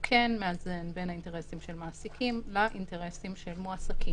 הוא כן מאזן בין האינטרסים של מעסיקים לאינטרסים של מועסקים.